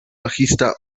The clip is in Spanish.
bajista